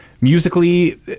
musically